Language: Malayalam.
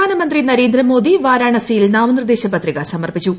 പ്രധാനമന്ത്രി നരേന്ദ്രമോദി വാരാണസിയിൽ നാമനിർദ്ദേശ പത്രിക സമർപ്പിച്ചു